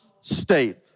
state